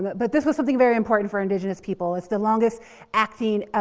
but but this was something very important for indigenous people. it's the longest acting,